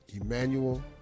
emmanuel